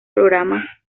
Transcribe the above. programas